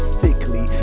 sickly